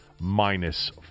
minus